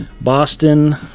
Boston